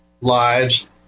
lives